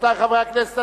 רבותי חברי הכנסת,